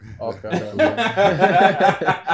Okay